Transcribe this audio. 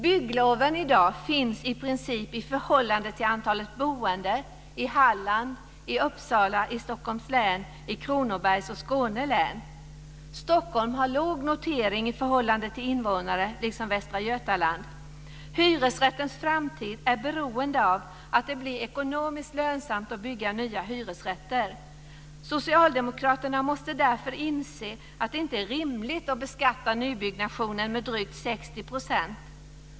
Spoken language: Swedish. Byggloven i dag finns i princip i förhållande till antalet boende i Halland, i Uppsala, i Stockholms län och i Kronobergs och Skåne län. Stockholm har låg notering i förhållande till invånare liksom Västra Hyresrättens framtid är beroende av att det blir ekonomiskt lönsamt att bygga nya hyresrätter. Socialdemokraterna måste därför inse att det inte är rimligt att beskatta nybyggnationen med drygt 60 %.